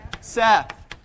Seth